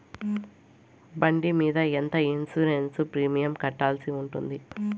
బండి మీద ఎంత ఇన్సూరెన్సు ప్రీమియం కట్టాల్సి ఉంటుంది?